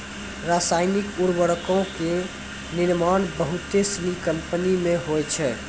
रसायनिक उर्वरको के निर्माण बहुते सिनी कंपनी मे होय छै